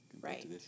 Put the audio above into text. right